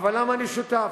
אבל למה אני שותף?